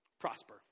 Prosper